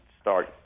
start